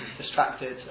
distracted